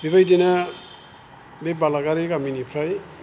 बिबायदिनो बे बालागारि गामिनिफ्राय